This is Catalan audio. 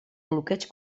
bloqueig